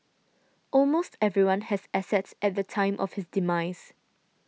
almost everyone has assets at the time of his demise